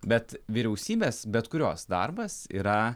bet vyriausybės bet kurios darbas yra